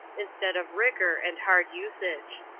instead of rigor and hard usage.